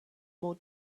more